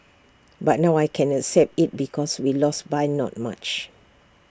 but now I can accept IT because we lost by not much